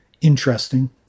interesting